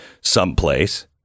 someplace